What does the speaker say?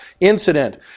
incident